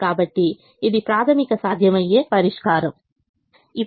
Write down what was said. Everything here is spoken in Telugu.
కాబట్టి ఇది ప్రాథమిక సాధ్యమయ్యే పరిష్కారం ప్రాథమిక ప్రాథమిక సాధ్యమయ్యే పరిష్కారం